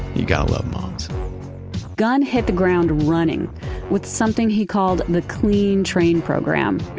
you gotta love moms gunn hit the ground running with something he called, the clean train program. you